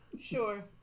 Sure